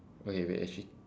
okay wait actually